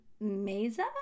mesa